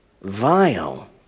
Vile